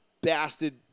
bastard